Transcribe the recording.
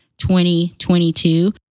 2022